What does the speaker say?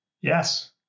Yes